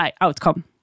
outcome